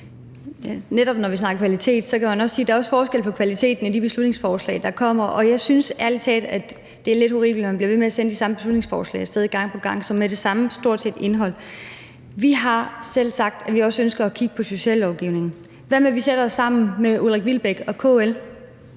Netop når vi snakker om kvalitet, kan man også sige, at der er forskel på kvaliteten i de beslutningsforslag, der kommer, og jeg synes ærlig talt, det er lidt urimeligt, at man bliver ved med at sende de samme beslutningsforslag med stort set det samme indhold af sted. Vi har selv sagt, at vi også ønsker at kigge på sociallovgivningen. Hvad med, at vi sætter os sammen med Ulrik Wilbek og KL